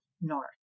north